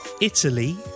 Italy